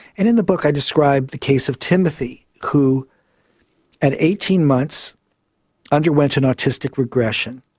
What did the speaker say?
and in the book i describe the case of timothy who at eighteen months underwent an autistic regression.